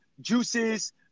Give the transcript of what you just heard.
juices